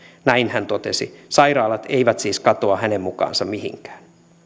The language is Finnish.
näin hän totesi sairaalat eivät siis katoa hänen mukaansa mihinkään